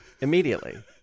immediately